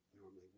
normally